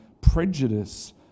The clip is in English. prejudice